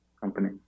company